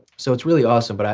so it's really awesome, but